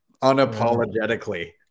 unapologetically